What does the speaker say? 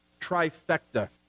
trifecta